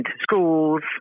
schools –